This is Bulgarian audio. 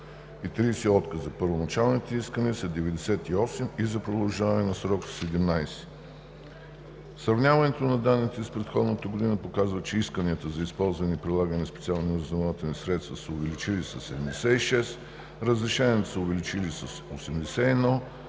и 30 отказа. Първоначалните искания са 98 и за продължаване на срока са 17. Сравняването на данните с предходната година показва, че исканията за използване и прилагане на специални разузнавателни средства са се увеличили с 76, разрешенията са се увеличили с 81